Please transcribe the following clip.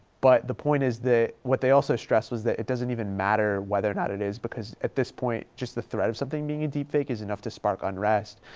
but the point is that what they also stress was that it doesn't even matter whether or not it is because at this point just the threat of something being a deep fake is enough to spark unrest.